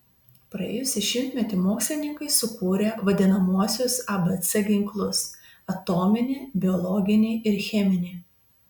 praėjusį šimtmetį mokslininkai sukūrė vadinamuosius abc ginklus atominį biologinį ir cheminį